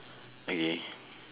okay